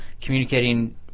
communicating –